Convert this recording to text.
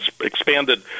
expanded